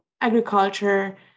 agriculture